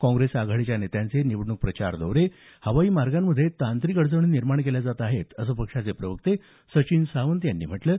काँग्रेस आघाडीच्या नेत्यांचे निवडणूक प्रचार दौरे हवाई मार्गांमधे तांत्रिक अडचणी निर्माण केल्या जात आहेत असं पक्षाचे प्रवक्ते सचिन सावंत यांनी म्हटलं आहे